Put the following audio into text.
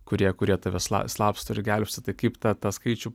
kurie kurie tave slapsto ir gelbsti tai kaip ta tą skaičių